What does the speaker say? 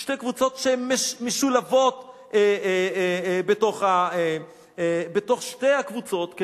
שתי קבוצות שמשולבות בתוך שתי הקבוצות,